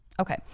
okay